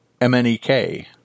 MNEK